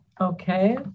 Okay